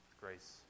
grace